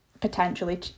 potentially